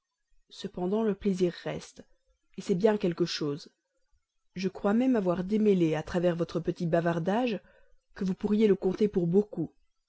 cependant le plaisir reste c'est bien quelque chose je crois même avoir démêlé à travers votre petit bavardage que vous pourriez le compter pour beaucoup